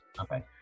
okay